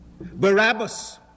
Barabbas